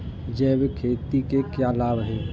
जैविक खेती के क्या लाभ हैं?